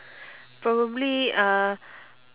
probably uh